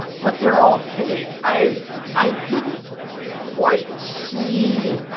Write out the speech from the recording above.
but they're all paid. i i didn't quite see,